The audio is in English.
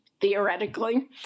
theoretically